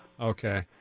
Okay